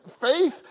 Faith